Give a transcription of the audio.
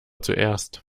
zuerst